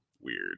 weird